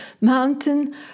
mountain